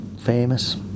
famous